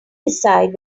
decide